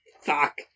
fuck